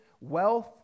Wealth